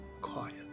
quiet